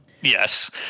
Yes